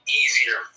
easier